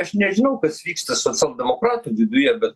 aš nežinau kas vyksta socialdemokratų viduje bet